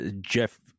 Jeff